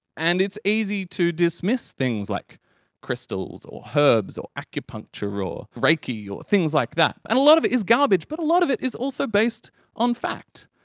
and it's easy to dismiss things like crystals or herbs or acupuncture or ah reiki or things like that. and a lot of it is garbage, but a lot of it is also based on fact.